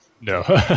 no